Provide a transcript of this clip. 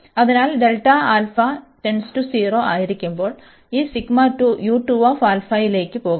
അതിനാൽ ആയിരിക്കുമ്പോൾ ഈ ലേക്ക് പോകും